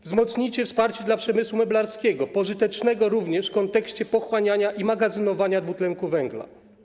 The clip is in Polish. Wzmocnijcie wsparcie dla przemysłu meblarskiego, pożytecznego również w kontekście pochłaniania i magazynowania dwutlenku węgla.